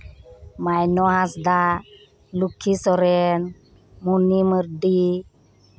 Mayno Hansda Lakkhi Soren Munni Mardi